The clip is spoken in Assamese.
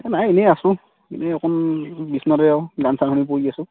এই নাই এনেই আছোঁ এনেই অকণ বিছনাতে আৰু গান চান শুনি পৰি আছোঁ